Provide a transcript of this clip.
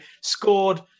scored